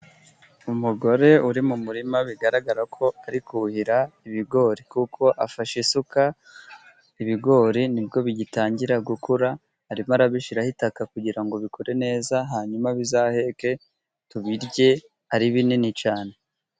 Umugore uri mu murima, bigaragara ko ari kuhira ibigori, Kuko afashe isuka. Ibigori nibwo bigitangira gukura, ari kubishyiraho itaka, kugira ngo bikure neza, hanyuma bizaheke tubirye ari binini cyane.